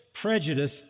prejudice